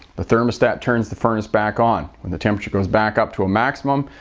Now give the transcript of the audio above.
the thermostat turns the furnace back on when the temperature goes back up to a maximum,